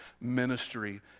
Ministry